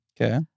Okay